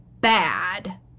bad